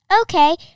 Okay